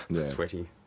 sweaty